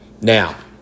Now